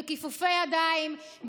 בכיפופי ידיים,